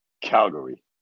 Calgary